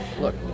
Look